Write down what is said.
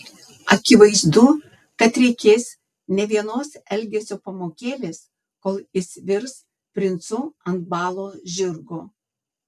akivaizdu kad reikės ne vienos elgesio pamokėlės kol jis virs princu ant balo žirgo